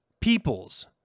peoples